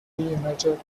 reunited